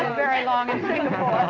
very long in singapore.